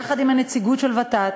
יחד עם הנציגות של ות"ת,